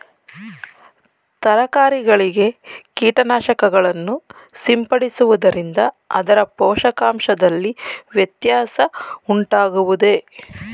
ತರಕಾರಿಗಳಿಗೆ ಕೀಟನಾಶಕಗಳನ್ನು ಸಿಂಪಡಿಸುವುದರಿಂದ ಅದರ ಪೋಷಕಾಂಶದಲ್ಲಿ ವ್ಯತ್ಯಾಸ ಉಂಟಾಗುವುದೇ?